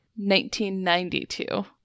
1992